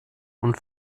und